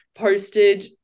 Posted